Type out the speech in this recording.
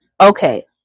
okay